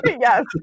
yes